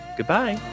Goodbye